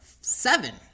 Seven